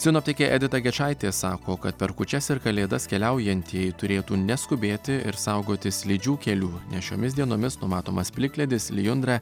sinoptikė edita gečaitė sako kad per kūčias ir kalėdas keliaujantieji turėtų neskubėti ir saugotis slidžių kelių nes šiomis dienomis numatomas plikledis lijundra